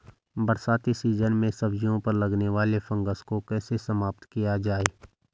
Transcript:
बरसाती सीजन में सब्जियों पर लगने वाले फंगस को कैसे समाप्त किया जाए?